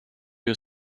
you